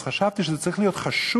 אז חשבתי שזה צריך להיות חשוך,